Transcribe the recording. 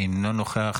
אינו נוכח,